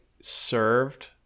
served